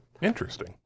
Interesting